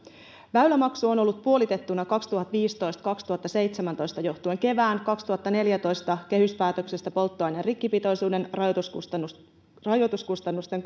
väylämaksu on ollut puolitettuna kaksituhattaviisitoista viiva kaksituhattaseitsemäntoista johtuen kevään kaksituhattaneljätoista kehyspäätöksestä polttoaineen rikkipitoisuuden rajoituskustannusten rajoituskustannusten